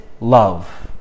love